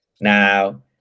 Now